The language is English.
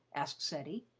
asked ceddie.